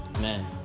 Man